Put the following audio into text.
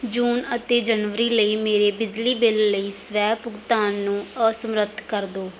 ਜੂਨ ਅਤੇ ਜਨਵਰੀ ਲਈ ਮੇਰੇ ਬਿਜਲੀ ਬਿੱਲ ਲਈ ਸਵੈ ਭੁਗਤਾਨ ਨੂੰ ਅਸਮਰੱਥ ਕਰ ਦਿਓ